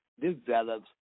develops